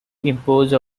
impose